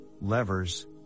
levers